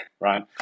right